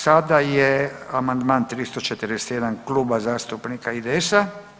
Sada je amandman 341 Kluba zastupnika IDS-a.